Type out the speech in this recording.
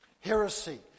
Heresy